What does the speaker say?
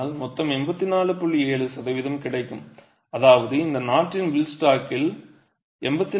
7 சதவீதம் கிடைக்கும் அதாவது இந்த நாட்டின் பில் ஸ்டாக்கில் 84